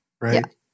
Right